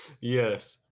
Yes